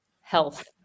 Health